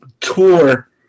tour